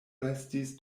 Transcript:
restis